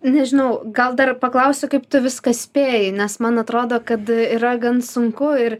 nežinau gal dar paklausiu kaip tu viską spėji nes man atrodo kad yra gan sunku ir